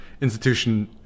institution